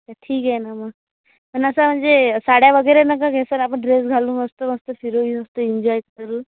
तर ठीक आहेना मग पण असं म्हणजे साड्या वगैरे नका घेऊ तर आपण ड्रेस घालू मस्त मस्त फिरून येऊ मस्त एन्जॉय करू